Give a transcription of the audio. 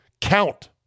count